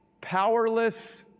powerless